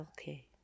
okay